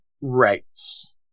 rights